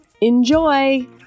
enjoy